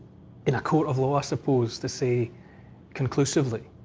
in a court of law, i suppose, to say conclusively?